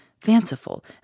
fanciful